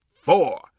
four